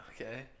Okay